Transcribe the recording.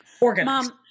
Organized